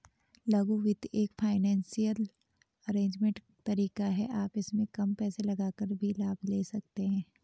लघु वित्त एक फाइनेंसियल अरेजमेंट का तरीका है आप इसमें कम पैसे लगाकर भी लाभ ले सकते हैं